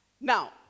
Now